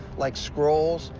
like scrolls,